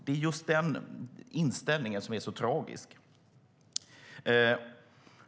Det är just den inställningen som är så tragisk.